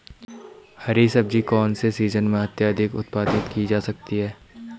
हरी सब्जी कौन से सीजन में अत्यधिक उत्पादित की जा सकती है?